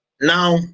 now